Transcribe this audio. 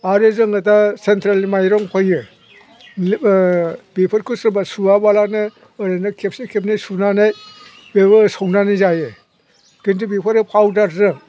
आरो जोङो दा सेन्ट्रेलनि माइरं फैयो बेफोरखौ सोरबा सुवाबालानो ओरैनो खेबसे खेबनै सुनानै बेखौ संनानै जायो किन्तु बेफोरो पाउडारसो